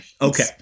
Okay